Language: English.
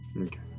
Okay